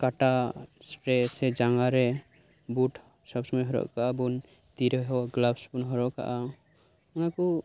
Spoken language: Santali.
ᱚᱠᱟᱴᱟᱜ ᱥᱯᱨᱮ ᱥᱮ ᱡᱟᱜᱟᱸᱨᱮ ᱵᱩᱴ ᱥᱚᱵ ᱥᱩᱢᱟᱹᱭ ᱦᱚᱨᱚᱜ ᱠᱟᱜᱼᱟ ᱵᱩᱱ ᱛᱤᱨᱮᱦᱚᱸ ᱜᱞᱟᱯᱥ ᱵᱩᱱ ᱦᱚᱨᱚᱜ ᱠᱟᱜᱼᱟ ᱚᱱᱟᱠᱩ